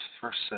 first